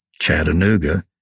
Chattanooga